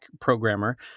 programmer